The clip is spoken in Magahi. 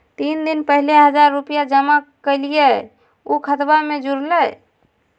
तीन दिन पहले हजार रूपा जमा कैलिये, ऊ खतबा में जुरले?